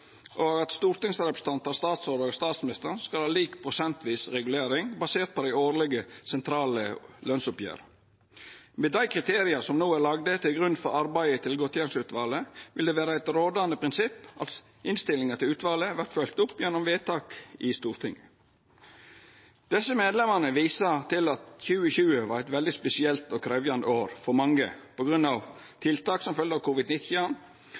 og at stortingsrepresentantar, statsrådar og statsministeren skal ha lik prosentvis regulering basert på dei årlege sentrale lønsoppgjera. Med dei kriteria som no er lagde til grunn for arbeidet til godtgjersleutvalet, vil det vera eit rådande prinsipp at innstillinga til utvalet vert følgd opp gjennom vedtak i Stortinget. Desse medlemene viser til at 2020 var eit veldig spesielt og krevjande år for mange på grunn av tiltak som følgje av